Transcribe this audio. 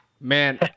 Man